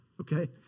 okay